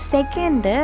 Second